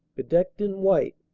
bedecked in white,